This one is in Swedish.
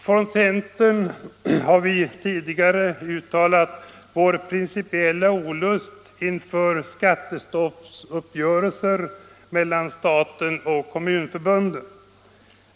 Från centern har vi tidigare uttalat vår principiella olust inför skattestoppsuppgörelser mellan staten och kommunförbunden.